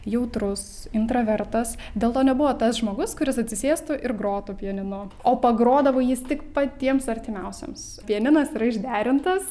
jautrus intravertas dėl to nebuvo tas žmogus kuris atsisėstų ir grotų pianinu o pagrodavo jis tik patiems artimiausiems pianinas yra išderintas